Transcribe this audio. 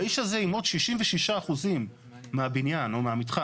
והאיש הזה עם עוד 66% מהבניין או מהמתחם,